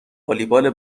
والیبال